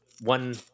one